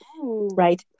Right